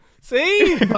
see